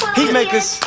Heatmakers